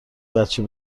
بچه